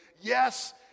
yes